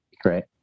Great